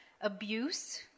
abuse